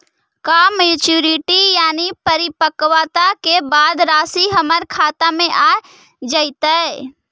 का मैच्यूरिटी यानी परिपक्वता के बाद रासि हमर खाता में आ जइतई?